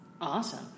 awesome